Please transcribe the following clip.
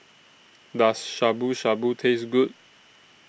Does Shabu Shabu Taste Good